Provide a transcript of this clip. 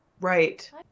right